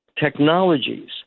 technologies